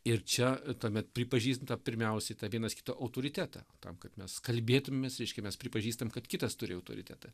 ir čia tuomet pripažįsta pirmiausiai tą vienas kito autoritetą tam kad mes kalbėtumėmės reiškia mes pripažįstam kad kitas turi autoritetą